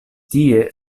tie